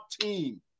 team